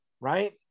right